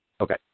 Okay